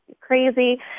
crazy